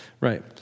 right